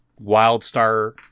Wildstar